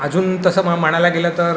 अजून तसं मग म्हणायला गेलं तर